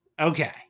Okay